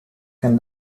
can